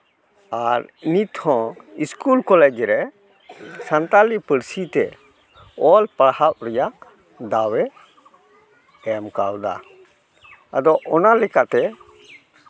ᱟᱨ ᱱᱤᱛ ᱦᱚᱸ school college ᱨᱮ ᱥᱟᱱᱛᱟᱞᱤ ᱯᱟᱹᱨᱥᱤ ᱛᱮ ᱚᱞ ᱯᱟᱲᱦᱟᱣ ᱨᱮᱭᱟᱜ ᱫᱟᱣᱮ ᱮᱢ ᱠᱟᱣᱫᱟ ᱟᱫᱚ ᱚᱱᱟᱞᱮᱠᱟᱛᱮ